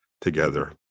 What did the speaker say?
together